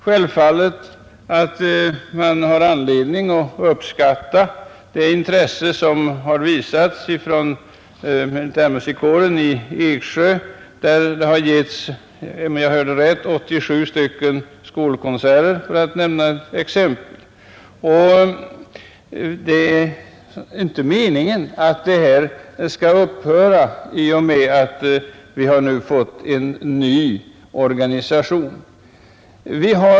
Självfallet har man anledning att uppskatta det intresse som har visats från militärmusikkåren i Eksjö, som om jag hörde rätt har gett 87 skolkonserter, för att nämna ett exempel. Det är inte meningen att sådan verksamhet skall upphöra i och med att vi nu har fått en ny organisation.